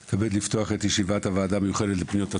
אני מתכבד לפתוח את ישיבת הוועדה המיוחדת לפניות הציבור.